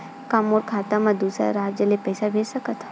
का मोर खाता म दूसरा राज्य ले पईसा भेज सकथव?